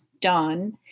done